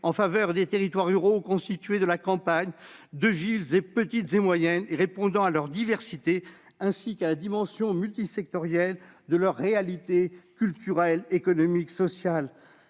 en faveur des territoires ruraux constitués de la campagne et de villes, petites et moyennes. Il doit répondre à leur diversité ainsi qu'à la dimension multisectorielle de leur réalité culturelle, économique et sociale.